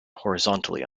horizontally